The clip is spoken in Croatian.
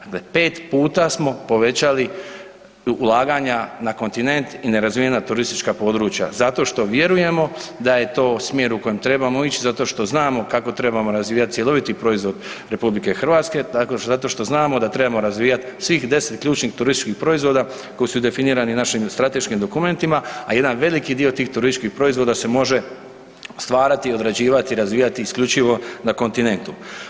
Dakle, 5 puta smo povećali ulaganja na kontinent i nerazvijena turistička područja zato što vjerujemo da je to smjer u kojem trebamo ići, zato što znamo kako trebamo razvijati cjeloviti proizvod RH, zato što znamo da trebamo razvijati svih 10 ključnih turističkih proizvoda koji su definirani našim strateškim dokumentima, a jedan veliki dio tih turističkih proizvoda se može stvarati, odrađivati, razvijati isključivo na kontinentu.